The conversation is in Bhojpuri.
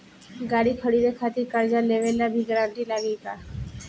गाड़ी खरीदे खातिर कर्जा लेवे ला भी गारंटी लागी का?